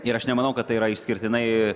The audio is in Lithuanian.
ir aš nemanau kad tai yra išskirtinai